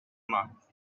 month